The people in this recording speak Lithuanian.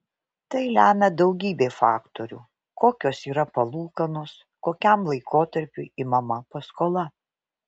tai lemia daugybė faktorių kokios yra palūkanos kokiam laikotarpiui imama paskola